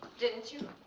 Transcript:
didn't you?